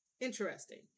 Interesting